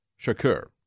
Shakur